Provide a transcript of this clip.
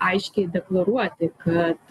aiškiai deklaruoti kad